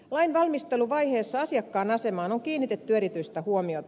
lain valmisteluvaiheessa asiakkaan asemaan on kiinnitetty erityistä huomiota